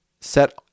set